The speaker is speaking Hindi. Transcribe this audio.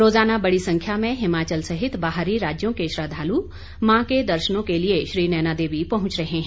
रोज़ाना बड़ी संख्या में हिमाचल सहित बाहरी राज्यों के श्रद्वालु माँ के दर्शनों के लिए श्री नैना देवी पहुंच रहे हैं